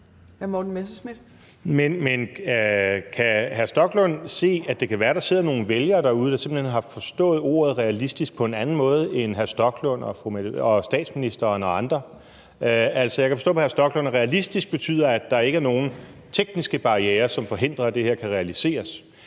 Men kan hr. Stoklund se, at det kan være, at der sidder nogle vælgere derude, der simpelt hen har forstået ordet realistisk på en anden måde end hr. Stoklund og statsministeren og andre? Jeg kan forstå på hr. Stoklund, at »realistisk« betyder, at der ikke er nogen tekniske barrierer, som forhindrer, at det her kan realiseres.